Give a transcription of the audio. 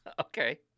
Okay